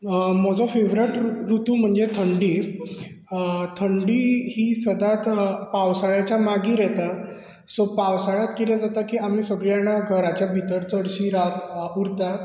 म्हजो फेवरेट रुतू म्हणजे थंडी थंडी ही सदांच पावसाळ्याच्या मागीर येता सो पावसाळ्यांत कितें जाता की आमी सगळीं जाणां घराच्या भितर चडशीं रावता उरतात